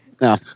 No